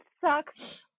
sucks